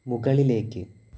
മുകളിലേക്ക്